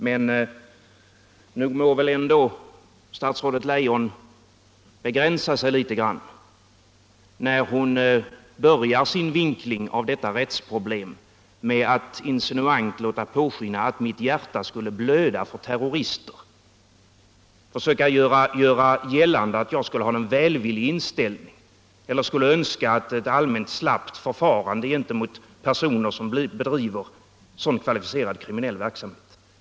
Men nog må väl ändå statsrådet Leijon begränsa sig litet grand när hon börjar sin vinkling av detta rättsproblem med att insinuant låta påskina att mitt hjärta skulle blöda för terrorister och försöka göra gällande att jag skulle ha någon välvillig inställning till eller skulle önska ett allmänt slappt förfarande mot personersom bedriver sådan kvalificerad kriminell verksamhet.